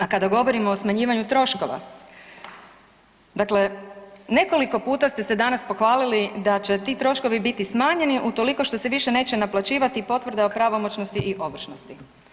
A kada govorimo o smanjivanju troškova, dakle nekoliko puta ste se danas pohvalili da će ti troškovi biti smanjeni utoliko što se više neće naplaćivati potvrda o pravomoćnosti i ovršnosti.